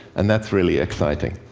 and that's really exciting.